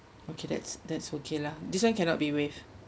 okay that's that's okay lah this one cannot be waived